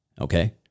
Okay